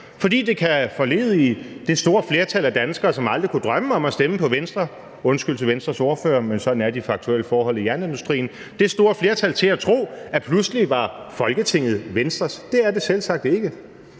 for det kan forlede det store flertal af danskere, som aldrig kunne drømme om at stemme på Venstre – undskyld til Venstres ordfører, men sådan er de faktiske forhold i jernindustrien – til at tro, at Folketinget pludselig var Venstres, og det er det selvsagt ikke.